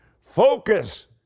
focus